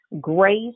grace